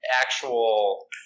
actual